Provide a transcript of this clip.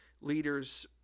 leaders